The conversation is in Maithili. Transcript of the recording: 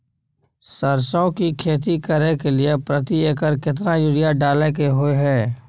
सरसो की खेती करे के लिये प्रति एकर केतना यूरिया डालय के होय हय?